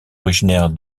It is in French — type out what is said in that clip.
originaire